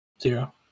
Zero